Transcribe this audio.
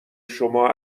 شما